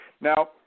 Now